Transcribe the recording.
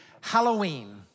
Halloween